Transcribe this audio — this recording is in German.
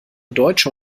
deutsche